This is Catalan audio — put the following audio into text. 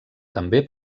també